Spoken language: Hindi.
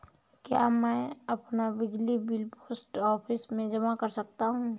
क्या मैं अपना बिजली बिल पोस्ट ऑफिस में जमा कर सकता हूँ?